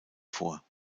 vor